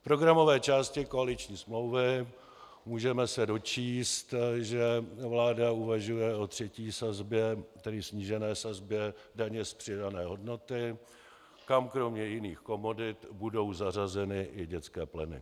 V programové části koaliční smlouvy se můžeme dočíst, že vláda uvažuje o třetí sazbě, tedy snížené sazbě daně z přidané hodnoty, kam kromě jiných komodit budou zařazeny i dětské pleny.